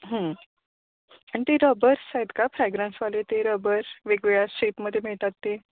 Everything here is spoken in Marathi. आणि ते रबर्स आहेत का फ्रॅग्रन्सवाले ते रबर वेगवेगळ्या शेपमध्ये मिळतात ते